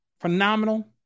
phenomenal